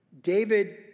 David